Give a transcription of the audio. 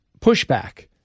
pushback